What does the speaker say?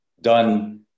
done